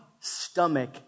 stomach